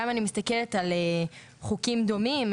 גם אם אני מסתכלת על חוקים דומים,